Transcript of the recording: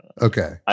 Okay